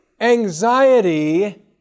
anxiety